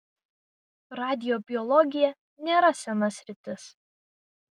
radiobiologija nėra sena sritis